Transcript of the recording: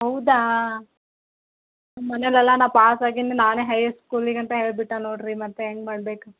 ಹೌದಾ ಮನೇಲೆಲ್ಲ ನಾನು ಪಾಸ್ ಆಗೇನಿ ನಾನೇ ಹೈಯಷ್ಟ್ ಸ್ಕೂಲಿಗೆ ಅಂತ ಹೇಳ್ಬಿಟ್ಟ ನೋಡಿರಿ ಮತ್ತೆ ಹೆಂಗ್ ಮಾಡ್ಬೇಕು